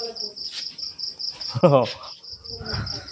অঁ